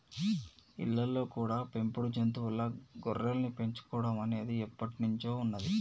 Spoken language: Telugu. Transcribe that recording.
ఇళ్ళల్లో కూడా పెంపుడు జంతువుల్లా గొర్రెల్ని పెంచుకోడం అనేది ఎప్పట్నుంచో ఉన్నది